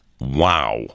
Wow